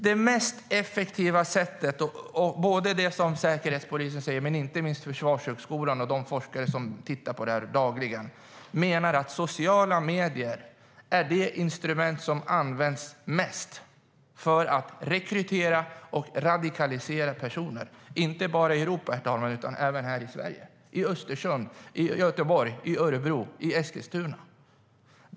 Både enligt vad Säkerhetspolisen säger och enligt vad Försvarshögskolan och de forskare som arbetar med detta dagligen menar är sociala medier det instrument som mest används för att rekrytera och radikalisera personer, inte bara i Europa utan även här i Sverige - i Östersund, i Göteborg, i Örebro och i Eskilstuna.